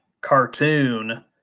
cartoon